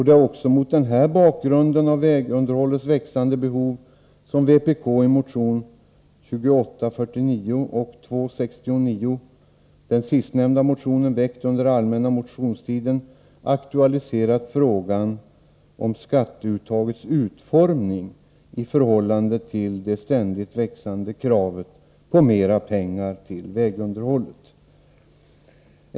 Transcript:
Det är också mot bakgrunden av det växande behovet av vägunderhåll som vpk i motionerna 2849 och 269 — den sistnämnda motionen väckt under den allmänna motionstiden — aktualiserat frågan om skatteuttagets utformning i förhållande till det ständigt ökade kravet på mera pengar till vägunderhållet.